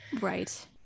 Right